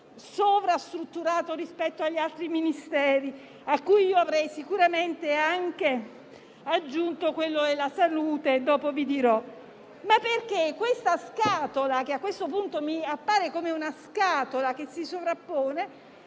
sovrastrutturato rispetto agli altri Ministeri, a cui avrei sicuramente aggiunto anche quello della salute, di cui dopo vi dirò) ma perché quella che a questo punto mi appare come una scatola che si sovrappone